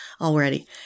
already